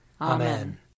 Amen